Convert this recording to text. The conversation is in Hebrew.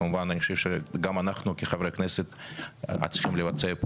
כמובן שגם אנחנו כחברי כנסת צריכים לבצע פה